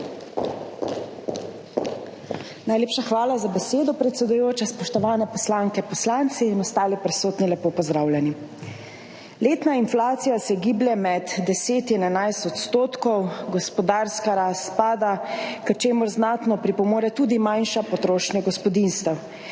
Najlepša hvala za besedo, predsedujoča. Spoštovane poslanke, poslanci in ostali prisotni, lepo pozdravljeni! Letna inflacija se giblje med 10 % in 11 %. gospodarska rast pada, k čemur znatno pripomore tudi manjša potrošnja gospodinjstev.